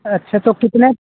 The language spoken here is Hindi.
अच्छा तो कितने